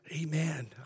Amen